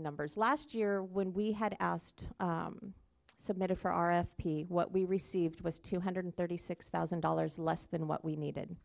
numbers last year when we had asked submitted for our f p what we received was two hundred thirty six thousand dollars less than what we needed